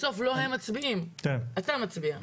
בסוף לא הם מצביעים, אתה מצביע.